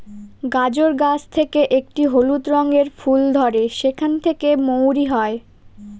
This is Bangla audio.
গাজর গাছ থেকে একটি হলুদ রঙের ফুল ধরে সেখান থেকে মৌরি হয়